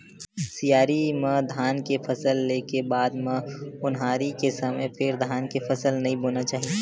सियारी म धान के फसल ले के बाद म ओन्हारी के समे फेर धान के फसल नइ बोना चाही